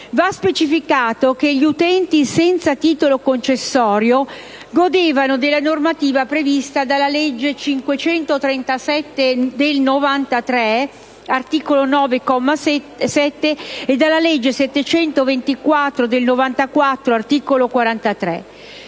Va specificato che gli utenti senza titolo concessorio godevano della normativa prevista dalla legge n. 537 del 1993 (articolo 9, comma 7) e dalla legge n. 724 del 1994 (articolo 43).